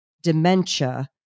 dementia